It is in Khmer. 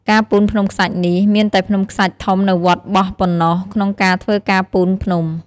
ការពូនភ្នំខ្សាច់នេះ មានតែភ្នំខ្សាច់ធំនៅវត្តបោះប៉ុណ្ណោះក្នុងការធ្វើការពូនភ្នំ។